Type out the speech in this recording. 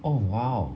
oh !wow!